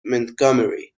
montgomery